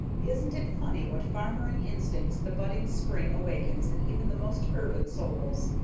isn't it funny what farmering instincts the budding spring awakens in even the most urban souls?